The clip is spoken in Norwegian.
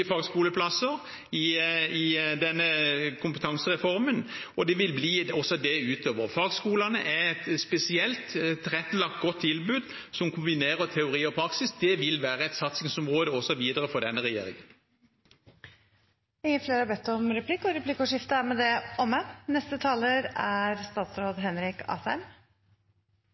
fagskoleplasser i denne kompetansereformen, og det vil det også bli utover. Fagskolene er et spesielt tilrettelagt, godt tilbud som kombinerer teori og praksis. Det vil være et satsingsområde også videre for denne regjeringen. Replikkordskiftet er omme. Meldingen vi behandler i dag, bygger på regjeringens arbeid med